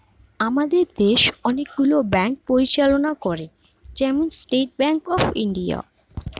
আমাদের দেশ অনেক গুলো ব্যাঙ্ক পরিচালনা করে, যেমন স্টেট ব্যাঙ্ক অফ ইন্ডিয়া